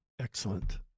Excellent